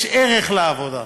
יש ערך לעבודה,